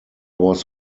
was